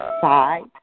Five